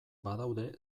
badaude